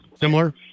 similar